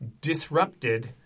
disrupted